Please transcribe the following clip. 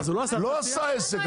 לא עשה עסק,